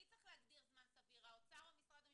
מי צריך להגדיר זמן סביר, האוצר או משרד המשפטים?